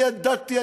אני ידעתי,